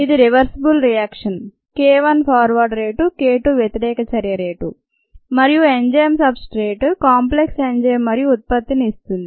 ఇది reversible reaction k 1 forward rate k 2 వ్యతిరేక చర్యరేటు మరియు enzyme substrate complex enzyme మరియు ఉత్పత్తిని ఇస్తుంది